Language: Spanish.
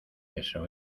eso